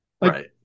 right